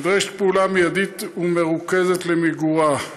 נדרשת פעולה מיידית ומרוכזת למיגורה.